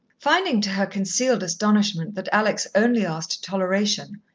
finding to her concealed astonishment that alex only asked toleration,